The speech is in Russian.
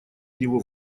его